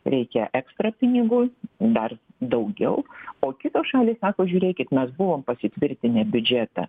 reikia ekstra pinigų dar daugiau o kitos šalys sako žiūrėkit mes buvom pasitvirtinę biudžetą